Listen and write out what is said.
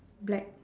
black